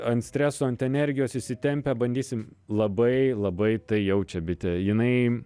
ant streso ant energijos įsitempę bandysim labai labai tai jaučia bitė jinai